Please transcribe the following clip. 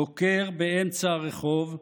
דוקר באמצע הרחוב,